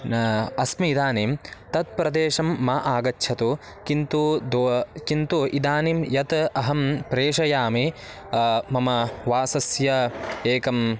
न अस्मि इदानीं तत् प्रदेशं मा आगच्छतु किन्तु तु किन्तु इदानीं यत् अहं प्रेषयामि मम वासस्य एकं